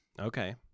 Okay